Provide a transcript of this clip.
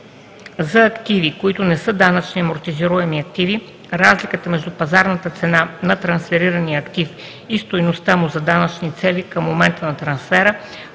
за активи, които не са данъчни амортизируеми активи – разликата между пазарната цена на трансферирания актив и стойността му за данъчни цели към момента на трансфера